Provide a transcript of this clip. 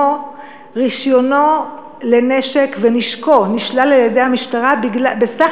רישיונו לנשק ונשקו נשללו על-ידי המשטרה בסך